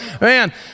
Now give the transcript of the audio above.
Man